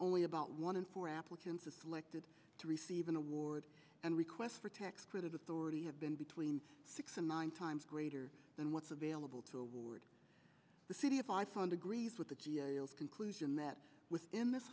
only about one in four applicants a selected to receive an award and requests for tax credit authority have been between six and nine times greater than what's available to award the city of iceland agrees with the g a o conclusion that within this